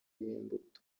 y’imbuto